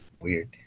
weird